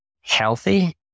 healthy